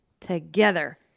together